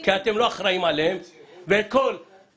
כי אתם לא אחראים עליהם, שנות